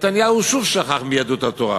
נתניהו שוב שכח מיהדות התורה.